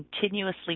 continuously